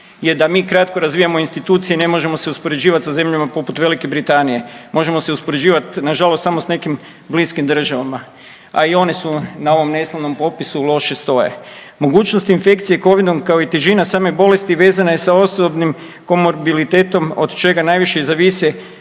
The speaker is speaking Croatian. je da mi kratko razvijamo institucije, ne možemo se uspoređivati sa zemljama poput Velike Britanije. Možemo se uspoređivati na žalost samo sa nekim bliskim državama, a i one su na ovom neslavnom popisu loše stoje. Mogućnost infekcije Covid-om kao i težina same bolesti vezana je sa osobnim komorbilitetom od čega najviše i zavise